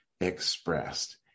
expressed